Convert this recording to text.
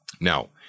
Now